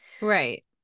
Right